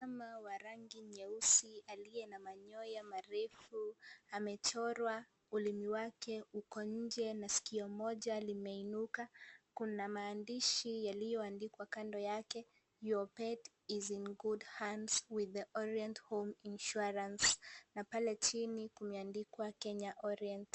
Mbwa wa rangi nyeusi aliye na manyoya marefu amechorwa, ulimi wake uko nje na sikio moja limeinuka. Kuna maandishi yameandikwa kando yake Your Pet is in Good Hands with The Orient Home Insurance . Na pale chini kumeandikwa Kenya Orient .